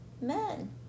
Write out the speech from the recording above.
Men